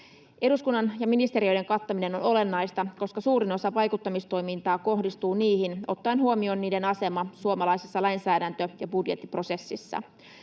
Eduskunnan ja ministeriöiden kattaminen on olennaista, koska suurin osa vaikuttamistoimintaa kohdistuu niihin, ottaen huomioon niiden aseman suomalaisessa lainsäädäntö- ja budjettiprosessissa.